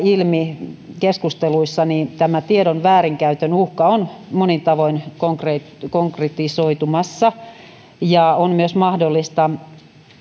ilmi keskusteluissa tiedon väärinkäytön uhka on monin tavoin konkretisoitumassa on myös mahdollista